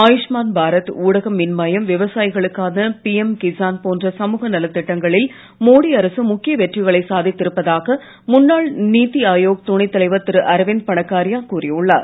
ஆயுஷ்மான் பாரத் ஊடக மின்மயம் விவசாயிகளுக்கான பிஎம் கிசான் போன்ற சமூக நலத் திட்டங்களில் மோடி அரசு முக்கிய வெற்றிகளை சாதித்து இருப்பதாக முன்னாள் நீத்தி ஆயோக் துணைத் தலைவர் திரு அரவிந்த் பணகாரியா கூறியுள்ளார்